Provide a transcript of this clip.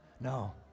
no